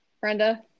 Brenda